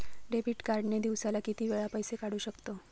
Debit card ने दिवसाला किती वेळा पैसे काढू शकतव?